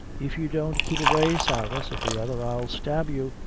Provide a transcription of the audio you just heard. if you don't keep away, sarah, said the other, i'll stab you.